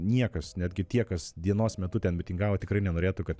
niekas netgi tie kas dienos metu ten mitingavo tikrai nenorėtų kad